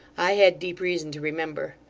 i had deep reason to remember.